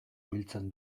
biltzen